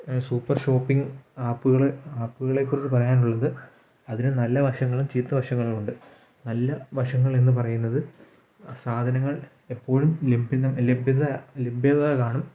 super shopping ആപ്പുകൾ ആപ്പുകളെക്കുറിച്ച് പറയാനുള്ളത് അതിന് നല്ല വശങ്ങളും ചീത്തവശങ്ങളും ഉണ്ട് നല്ല വശങ്ങൾ എന്നു പറയുന്നത് സാധനങ്ങൾ എപ്പോഴും ലഭ്യത ലഭ്യത ലഭ്യത കാണും